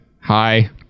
Hi